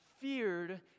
feared